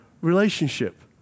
relationship